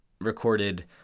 recorded